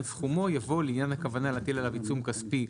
סכומו" יבוא "לעניין הכוונה להטיל עליו עיצום כספי,